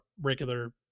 regular